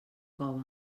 cove